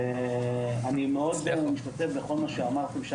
אני משתתף בכל מה שאמרתם,